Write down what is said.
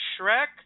Shrek